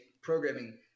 programming